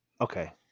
okay